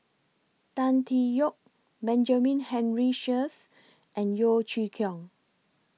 Tan Tee Yoke Benjamin Henry Sheares and Yeo Chee Kiong